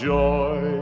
joy